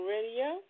Radio